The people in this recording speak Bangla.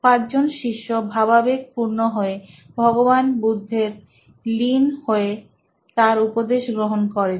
5 জন শিষ্য ভাবাবেগপূর্ন হয়ে ভগবান বুদ্ধে লীন হয়ে তাঁর উপদেশ গ্রহণ করেন